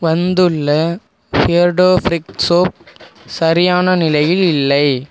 வந்துள்ள பியர்டோ ஃபிரிக் சோப் சரியான நிலையில் இல்லை